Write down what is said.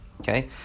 Okay